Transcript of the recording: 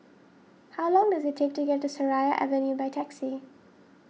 how long does it take to get to Seraya Avenue by taxi